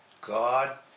God